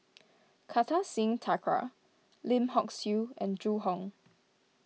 Kartar Singh Thakral Lim Hock Siew and Zhu Hong